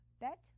Bet